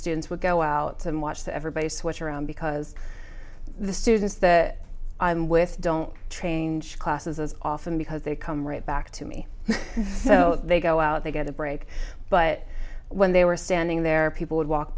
students would go out and watch the everybody switch around because the students that i am with don't train to classes as often because they come right back to me so they go out they get a break but when they were standing there people would walk